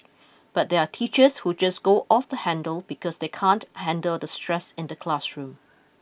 but there are teachers who just go off the handle because they can't handle the stress in the classroom